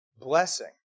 Blessing